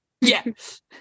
Yes